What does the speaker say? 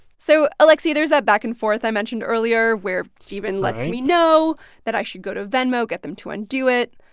so alexi, there's that back-and-forth i mentioned earlier, where stephen lets me know that i should go to venmo, get them to undo it.